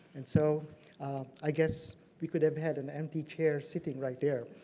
and so i guess we could have had an empty chair sitting right there,